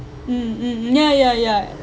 mm mm mm ya ya ya